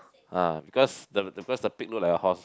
ah because the the first the pig look like a horse